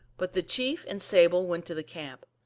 but the chief and sable went to the camp.